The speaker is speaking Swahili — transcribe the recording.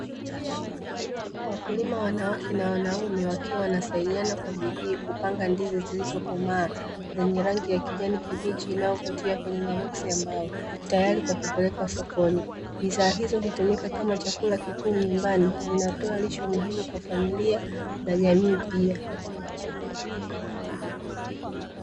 Wakulima wanawake na wanaume wakiwa wanasaidiana kwa bidii kupanga ndizi zilizokomaa zenye rangi ya kijani kibichi na kutia kwenye maboksi ya mbao tayari kwa kupelekwa sokoni. Bidhaa hizo hutumika kama chakula kikuu nyumbani vinatoa lishe muhimu kwa familia na jamii pia.